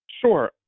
Sure